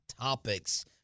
topics